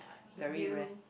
very rare